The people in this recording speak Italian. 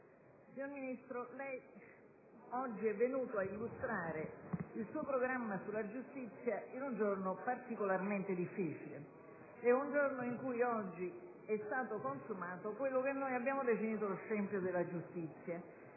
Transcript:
Signor Ministro, lei è venuto a illustrare il suo programma sulla giustizia in un giorno particolarmente difficile. È un giorno in cui è stato consumato quello che noi abbiamo definito lo scempio della giustizia,